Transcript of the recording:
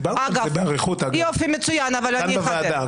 דיברנו על זה באריכות כולל כאן בוועדה.